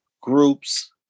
groups